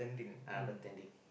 uh bartending